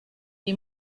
qui